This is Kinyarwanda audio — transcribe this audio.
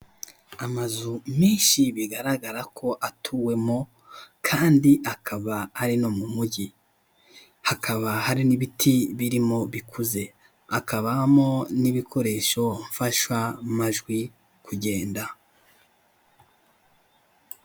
Amazu menshi bigaragara ko atuwemo kandi akaba ari no mumujyi. Hakaba hari n'ibiti birimo bikuze. Akabamo n'ibikoresho mfasha majwi kugenda.